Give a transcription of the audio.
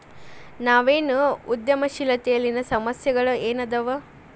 ನವೇನ ಉದ್ಯಮಶೇಲತೆಯಲ್ಲಿನ ಸಮಸ್ಯೆಗಳ ಏನದಾವ